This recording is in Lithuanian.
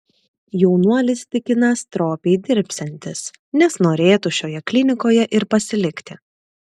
jaunuolis tikina stropiai dirbsiantis nes norėtų šioje klinikoje ir pasilikti